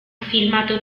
filmato